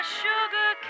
sugar